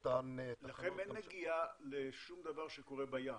לכם אין נגיעה לשום דבר שקורה בים?